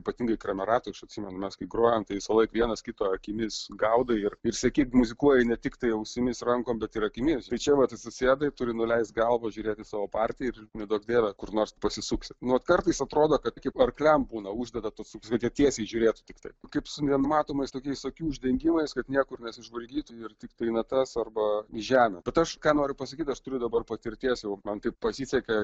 ypatingai krameratoj aš atsimenu mes kai grojam tai visąlaik vienas kito akimis gaudai ir ir sakykim muzikuoji ne tiktai ausimis rankom bet ir akimis tai čia vat atsisėdai turi nuleist galvą žiūrėti savo partiją ir neduok dieve kur nors pasisuksi nu kartais atrodo kad kaip arkliam būna uždeda tokius kad tiesiai žiūrėtų tiktai kaip su nematomais tokiais akių uždegimais kad niekur nesižvalgytų ir tiktai į natas arba į žemę bet aš ką noriu pasakyt aš turiu dabar patirties jau man taip pasisekė